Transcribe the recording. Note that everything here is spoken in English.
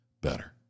better